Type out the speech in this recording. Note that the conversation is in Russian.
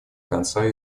конца